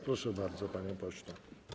Proszę bardzo, panie pośle.